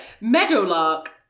Meadowlark